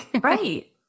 right